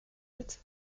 bête